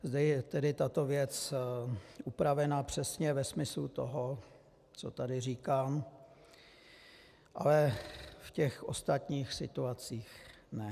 Zde je tato věc upravena přesně ve smyslu toho, co tady říkám, ale v těch ostatních situacích ne.